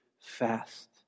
fast